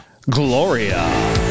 Gloria